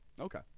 okay